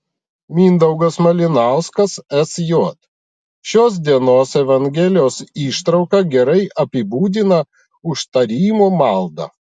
mindaugas malinauskas sj šios dienos evangelijos ištrauka gerai apibūdina užtarimo maldą